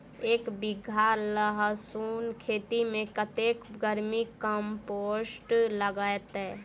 एक बीघा लहसून खेती मे कतेक बर्मी कम्पोस्ट लागतै?